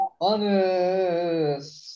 honest